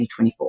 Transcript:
2024